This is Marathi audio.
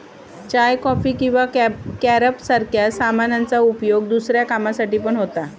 चाय, कॉफी किंवा कॅरब सारख्या सामानांचा उपयोग दुसऱ्या कामांसाठी पण होता